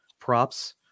props